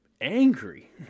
angry